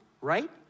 right